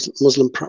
Muslim